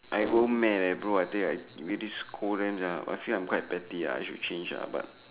I go mad leh bro I tell I really scold them I feel that I'm quite petty I should change [la] but